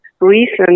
recent